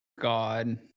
God